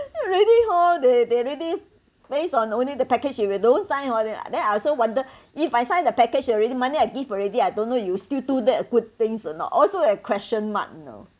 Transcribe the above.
really hor they they really based on only the package if you don't sign hor then I then I also wonder if I sign the package already monthly I give already I don't know you still do that good things or not also a question mark you know